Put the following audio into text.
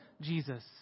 Jesus